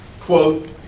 quote